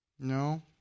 No